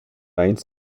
eins